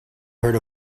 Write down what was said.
heard